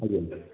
ଆଜ୍ଞା ଆଜ୍ଞା